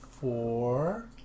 four